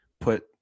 put